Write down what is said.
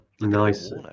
Nice